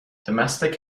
domestic